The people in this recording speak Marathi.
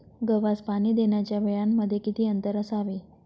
गव्हास पाणी देण्याच्या वेळांमध्ये किती अंतर असावे?